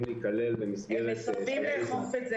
להיכלל במסגרת 30%- -- הם מסרבים לאכוף את זה,